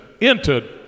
entered